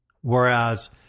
whereas